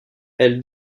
elle